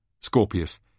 Scorpius